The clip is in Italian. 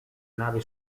navi